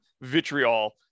vitriol